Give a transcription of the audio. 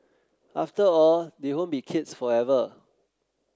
after all they won't be kids forever